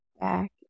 back